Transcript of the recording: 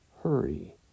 hurry